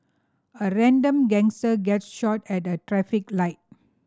a random gangster gets shot at a traffic light